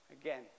Again